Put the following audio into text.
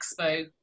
Expo